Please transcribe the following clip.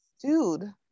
dude